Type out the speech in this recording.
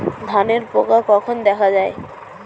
ধানের পোকা কখন দেখা দেয়?